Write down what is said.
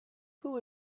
who